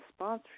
sponsoring